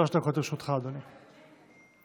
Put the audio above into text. שלוש דקות לרשותך, אדוני.